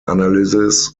analysis